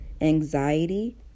anxiety